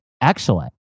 excellent